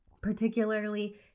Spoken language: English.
particularly